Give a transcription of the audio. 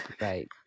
Right